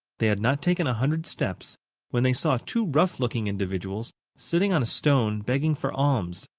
they had not taken a hundred steps when they saw two rough-looking individuals sitting on a stone begging for alms.